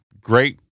great